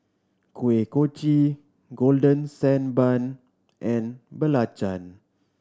Kuih Kochi Golden Sand Bun and belacan